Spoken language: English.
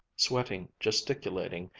sweating, gesticulating,